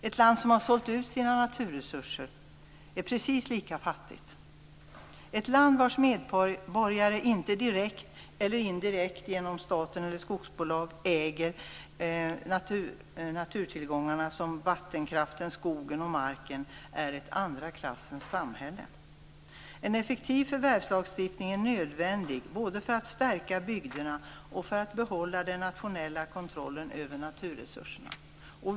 Ett land som har sålt ut sina naturresurser är precis lika fattigt. Ett land vars medborgare inte direkt eller indirekt genom staten eller skogsbolag äger naturtillgångar som vattenkraften, skogen och marken är ett andra klassens samhälle. En effektiv förvärvslagstiftning är nödvändig, både för att stärka bygderna och för att behålla den nationella kontrollen över naturresurserna.